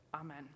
Amen